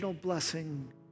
blessing